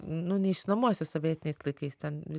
nu neišnuomosi sovietiniais laikais ten